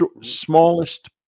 smallest